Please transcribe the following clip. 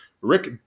Rick